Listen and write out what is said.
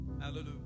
hallelujah